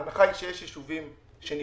ההנחה היא שיש יישובים שנפגעים.